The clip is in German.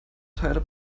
teile